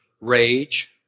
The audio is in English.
rage